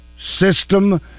system